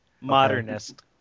Modernist